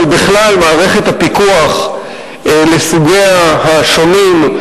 אבל בכלל, מערכת הפיקוח לסוגיה השונים,